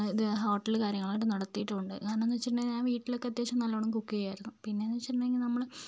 ത് ഹോട്ടൽ കാര്യങ്ങൾ നടത്തിയിട്ടും ഉണ്ട് ഞാനെന്നു വെച്ചിട്ടുണ്ടെങ്കിൽ ഞാൻ വീട്ടിലൊക്കെ അത്യാവശ്യം നല്ലവണ്ണം കുക്ക് ചെയ്യുമായിരുന്നു പിന്നെയെന്നു വെച്ചിട്ടുണ്ടെങ്കിൽ നമ്മൾ